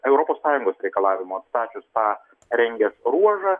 europos sąjungos reikalavimu atstačius tą rengės ruožą